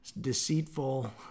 deceitful